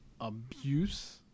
abuse